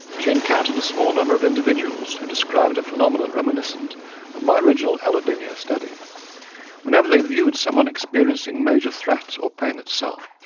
she encountered a small number of individuals who described a phenomenon reminiscent of my original allodynia study whenever they viewed someone experiencing major threat or pain itself,